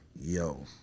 Yo